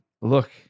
look